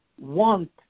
want